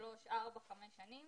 שלוש, ארבע, חמש שנים